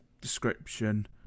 description